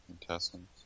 intestines